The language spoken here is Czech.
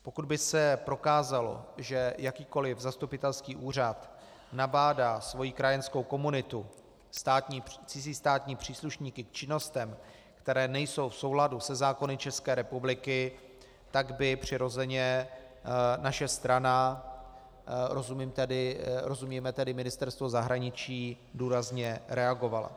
Pokud by se prokázalo, že jakýkoliv zastupitelský úřad nabádá svoji krajanskou komunitu, cizí státní příslušníky, k činnostem, které nejsou v souladu se zákony České republiky, tak by přirozeně naše strana, rozumíme tedy Ministerstvo zahraničí, důrazně reagovala.